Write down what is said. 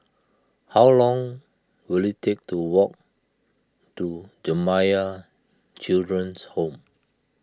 how long will it take to walk to Jamiyah Children's Home